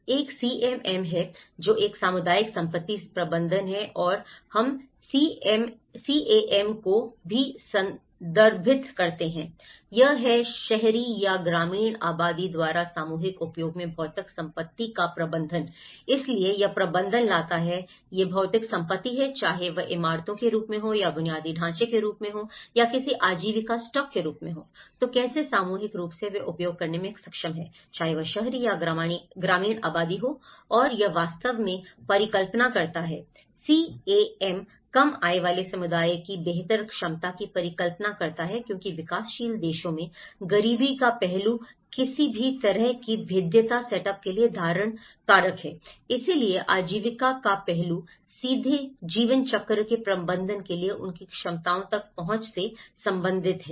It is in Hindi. एक सीएएम है जो एक सामुदायिक संपत्ति प्रबंधन है और हम सीएएम को भी संदर्भित करते हैं यह है शहरी या ग्रामीण आबादी द्वारा सामूहिक उपयोग में भौतिक संपत्ति का प्रबंधन इसलिए यह प्रबंधन लाता है ये भौतिक संपत्ति हैं चाहे वह इमारतों के रूप में हो या बुनियादी ढांचे के रूप में या किसी आजीविका स्टॉक के रूप में हो तो कैसे सामूहिक रूप से वे उपयोग करने में सक्षम हैं चाहे वह शहरी या ग्रामीण आबादी हो और यह वास्तव में परिकल्पना करता है सीएएम कम आय वाले समुदायों की बेहतर क्षमता की परिकल्पना करता है क्योंकि विकासशील देशों में गरीबी का पहलू किसी भी तरह की भेद्यता सेटअप के लिए धारण कारक है इसलिए आजीविका का पहलू सीधे जीवन चक्र के प्रबंधन के लिए उनकी क्षमताओं तक पहुंच से संबंधित है